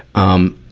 um,